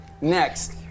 next